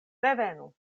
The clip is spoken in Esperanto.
revenu